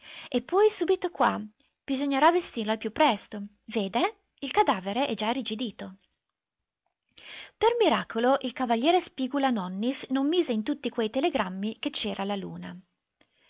e poi subito qua bisognerà vestirlo al più presto vede il cadavere è già irrigidito per miracolo il cav spigula-nonnis non mise in tutti quei telegrammi che c'era la luna